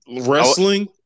Wrestling